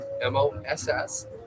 M-O-S-S